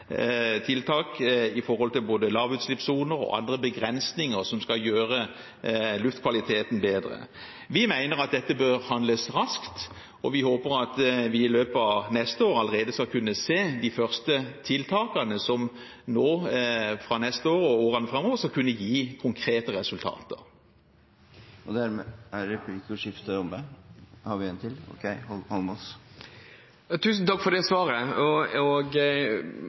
tiltak når det gjelder både lavutslippssoner og andre begrensninger som skal gjøre luftkvaliteten bedre. Vi mener at det bør handles raskt, og vi håper at vi i løpet av neste år allerede skal kunne se de første tiltakene som fra neste år og i årene framover skal kunne gi konkrete resultater. Tusen takk for det svaret. La oss si det sånn: Jeg er glad for